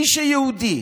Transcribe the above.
מי שיהודי